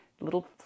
little